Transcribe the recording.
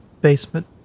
basement